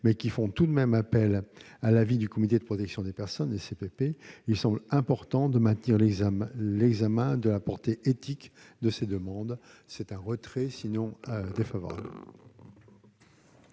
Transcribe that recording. mais requièrent tout de même l'avis du Comité de protection des personnes, le CPP, il semble important de maintenir l'examen de la portée éthique de ces demandes. La commission demande